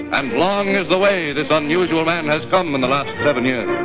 and long is the way this unusual man has come in the last seven years